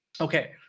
Okay